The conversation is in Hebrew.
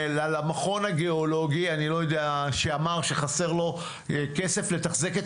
למכון הגיאולוגי שאמר שחסר לו כסף לתחזק את